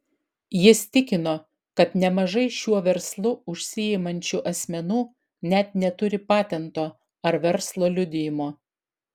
jis tikino kad nemažai šiuo verslu užsiimančių asmenų net neturi patento ar verslo liudijimo